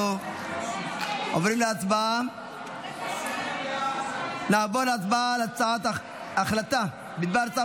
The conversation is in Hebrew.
אנחנו עוברים להצבעה על הצעת החלטה בדבר צו